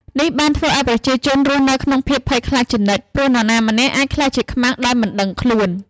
នេះបានធ្វើឱ្យប្រជាជនរស់នៅក្នុងភាពភ័យខ្លាចជានិច្ច ព្រោះនរណាម្នាក់អាចក្លាយជាខ្មាំងដោយមិនដឹងខ្លួន។